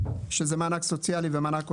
שזה מענק סוציאלי ומענק הוצאות,